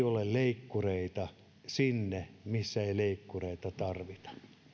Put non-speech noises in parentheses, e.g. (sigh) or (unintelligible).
(unintelligible) ole leikkureita sinne missä ei leikkureita tarvita